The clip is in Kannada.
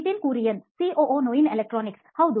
ನಿತಿನ್ ಕುರಿಯನ್ ಸಿಒಒ ನೋಯಿನ್ ಎಲೆಕ್ಟ್ರಾನಿಕ್ಸ್ ಹೌದು